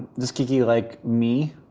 does kiki like me?